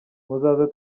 muzaze